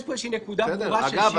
יש פה איזושהי נקודה ברורה של שינוי.